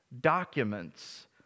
documents